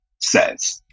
says